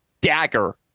dagger